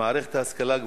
במערכת ההשכלה הגבוהה,